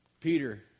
Peter